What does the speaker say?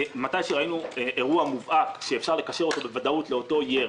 כאשר ראינו אירוע מובהק שאפשר לקשר אותו בוודאות לאותו ירי